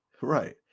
right